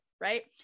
right